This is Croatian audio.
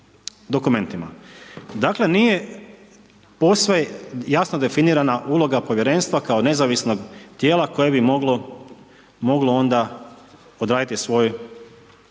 dokumentima. Dakle nije posve jasno definirana uloga povjerenstva kao nezavisnog tijela koje bi moglo onda odraditi svoj